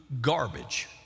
garbage